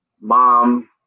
mom